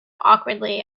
awkwardly